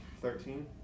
Thirteen